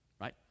right